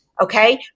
okay